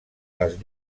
les